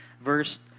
verse